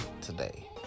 today